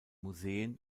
museen